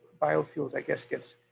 biofuels, i guess, gets